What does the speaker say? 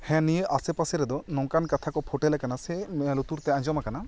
ᱦᱮᱸ ᱱᱤᱭᱟᱹ ᱟᱥᱮ ᱯᱟᱥᱮ ᱨᱮᱫᱚ ᱱᱚᱝᱠᱟᱱ ᱠᱟᱛᱷᱟ ᱠᱚ ᱯᱷᱩᱴᱮᱞ ᱟᱠᱟᱱᱟ ᱥᱮ ᱱᱩᱭᱟᱜ ᱞᱩᱛᱩᱨ ᱛᱮ ᱟᱸᱡᱚᱢ ᱟᱠᱟᱱᱟ